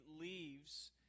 leaves